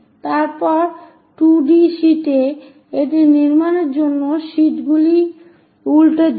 তারপর 2 ডি শীটে এটি নির্মাণের জন্য শীটগুলি উল্টে দিন